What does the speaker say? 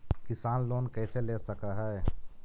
किसान लोन कैसे ले सक है?